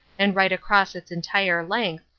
and right across its entire length,